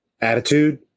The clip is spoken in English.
attitude